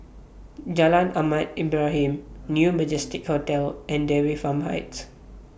Jalan Ahmad Ibrahim New Majestic Hotel and Dairy Farm Heights